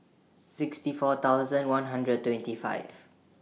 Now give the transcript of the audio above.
sixty four thousand one hundred twenty five